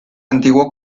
antiguo